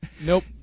Nope